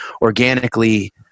organically